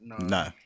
no